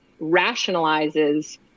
rationalizes